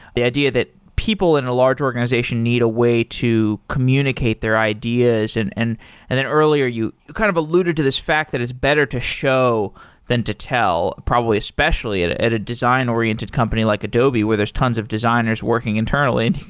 the idea that people in a larger organization need a way to communicate their ideas. and and and then earlier, you kind of alluded to this fact that it's better to show than to tell, probably especially at ah at a design-oriented company like adobe, where there's tons of designers working internally. and